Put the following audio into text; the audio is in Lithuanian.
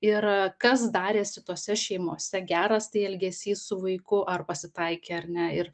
ir kas darėsi tose šeimose geras tai elgesys su vaiku ar pasitaikė ar ne ir